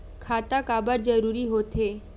खाता काबर जरूरी हो थे?